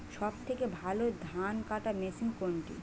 সবথেকে ভালো ধানকাটা মেশিন কোনটি?